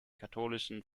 katholischen